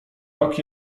rok